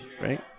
right